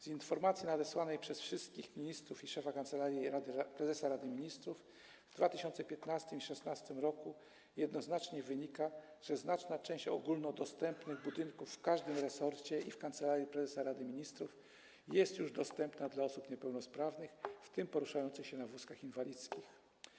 Z informacji nadesłanych przez wszystkich ministrów i szefa Kancelarii Prezesa Rady Ministrów w 2015 i 2016 r. jednoznacznie wynika, że znaczna część ogólnodostępnych budynków w każdym resorcie i w Kancelarii Prezesa Rady Ministrów jest już dostępna dla osób niepełnosprawnych, w tym poruszających się na wózkach inwalidzkich.